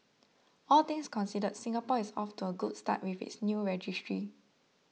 all things considered Singapore is off to a good start with its new registry